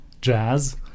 jazz